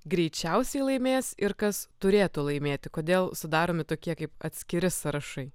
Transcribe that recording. greičiausiai laimės ir kas turėtų laimėti kodėl sudaromi tokie kaip atskiri sąrašai